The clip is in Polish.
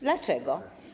Dlaczego?